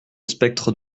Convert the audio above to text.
spectre